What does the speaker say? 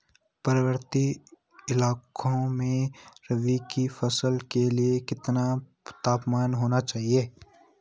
पर्वतीय इलाकों में रबी की फसल के लिए कितना तापमान होना चाहिए?